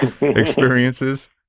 experiences